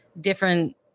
different